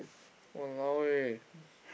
!walao eh!